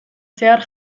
zehar